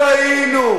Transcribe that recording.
.